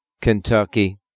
Kentucky